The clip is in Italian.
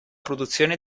produzione